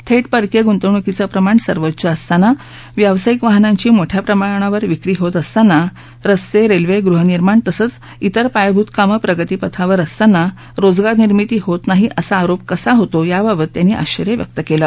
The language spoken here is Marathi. थेट परकीय गुंतवणुकीचं प्रमाण सर्वोच्च असताना व्यावसायिक वाहनांची मोठ्या प्रमाणावर विक्री होत असताना रस्ते रेल्वे गृहनिर्माण तसंच त्विर पायाभूत कामं प्रगती पथावर असताना रोजगार निर्मिती होत नाही असा आरोप कसा होतो याबाबत त्यांनी आश्चर्य व्यक्त केलं